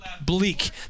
bleak